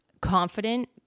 confident